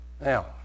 Now